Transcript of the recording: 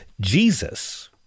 Jesus